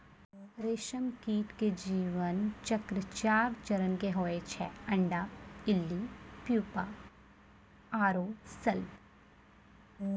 रेशम कीट के जीवन चक्र चार चरण के होय छै अंडा, इल्ली, प्यूपा आरो शलभ